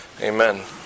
Amen